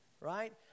right